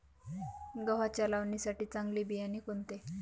गव्हाच्या लावणीसाठी चांगले बियाणे कोणते?